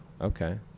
Okay